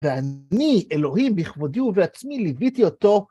ואני, אלוהים, בכבודי ובעצמי, ליוויתי אותו